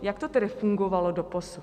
Jak to tedy fungovalo doposud?